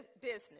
business